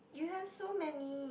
you have so many